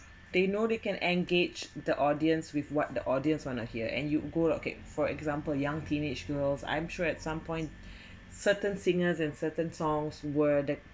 they know they can engage the audience with what the audience want to hear and you go okay for example young teenage girls I'm sure at some point certain singers and certain songs were the